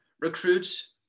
recruits